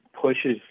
pushes